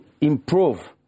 improve